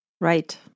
Right